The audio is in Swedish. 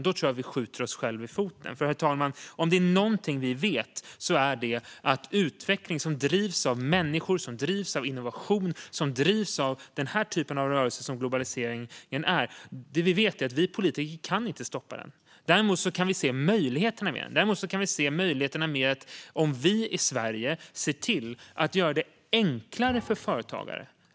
Är det någonting vi vet, herr talman, är det nämligen att vi politiker inte kan stoppa den utveckling som drivs av människor, av innovation och av den typen av rörelse som globaliseringen är. Däremot kan vi se möjligheterna med den. Vi kan se möjligheterna med att vi i Sverige ser till att göra det enklare för företagare.